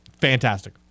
fantastic